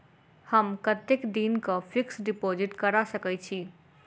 हम कतेक दिनक फिक्स्ड डिपोजिट करा सकैत छी?